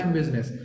business